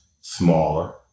smaller